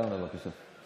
חבר הכנסת עטאונה, בבקשה.